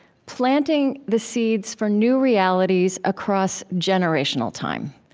planting the seeds for new realities across generational time.